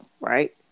right